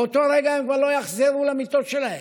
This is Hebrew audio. באותו רגע הם כבר לא יחזרו למיטות שלהם,